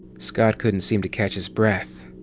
scott couldn't seem to catch his breath.